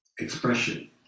expression